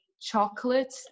chocolate